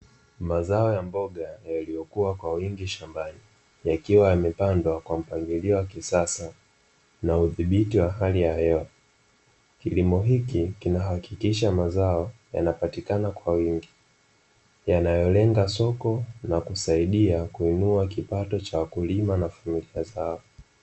Mazao ya mboga yamekua kwa wingi shambani yakiwa yamepandwa kwa mpangilio wa kisasa na udhibiti wa hali ya hewa, Kilimo kichi kinaakikisha mazao, yanapatikana kwa wingi yanayolenga soko na na kusaidia kuinua kipato cha wakulima na familia zao.